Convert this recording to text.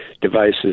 devices